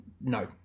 No